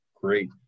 great